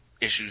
issues